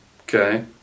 okay